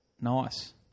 Nice